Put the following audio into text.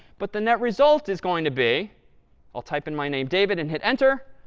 but the net result is going to be i'll type in my name david and hit enter.